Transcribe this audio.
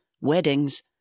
weddings